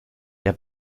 der